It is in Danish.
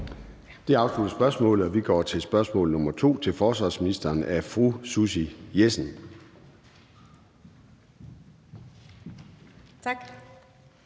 Det afsluttede spørgsmålet. Vi går til spørgsmål nr. 2 til forsvarsministeren af fru Susie Jessen. Kl.